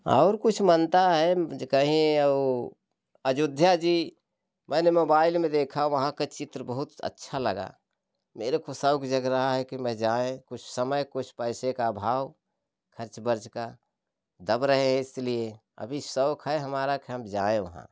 और कुछ मान्यता है जो कहीं और अयोध्या जी मैंने मोबाईल में देखा वहाँ का चित्र बहुत अच्छा लगा मेरे को शौक जग रहा है कि मैं जाए कुछ समय कुछ पैसे का भाव खर्च बर्च का दब रहे है इसलिए अभी शौक है हमारा के हम जाएँ वहाँ